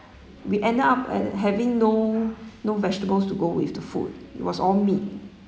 we end up ha~ having no no vegetables to go with the food it was all meat